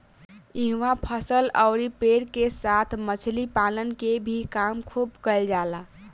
इहवा फसल अउरी पेड़ के साथ मछली पालन के भी काम खुब कईल जाला